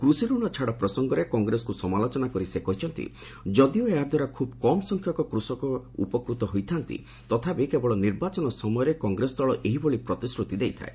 କୃଷିରଣ ଛାଡ଼ ପ୍ରସଙ୍ଗରେ କଂଗ୍ରେସକୁ ସମାଲୋଚନା କରି ସେ କହିଛନ୍ତି ଯଦିଓ ଏହାଦ୍ୱାରା ଖୁବ୍ କମ୍ ସଂଖ୍ୟକ କୃଷକଙ୍କୁ ଉପକୃତ ହୋଇଥା'ନ୍ତି ତଥାପି କେବଳ ନିର୍ବାଚନ ସମୟରେ କଂଗ୍ରେସ ଦଳ ଏହିଭଳି ପ୍ରତିଶ୍ରତି ଦେଇଥାଏ